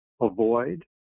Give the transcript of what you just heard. avoid